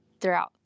throughout